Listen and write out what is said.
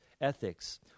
ethics